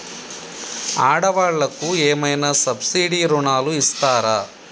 ఆడ వాళ్ళకు ఏమైనా సబ్సిడీ రుణాలు ఇస్తారా?